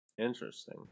Interesting